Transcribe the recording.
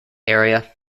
area